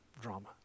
drama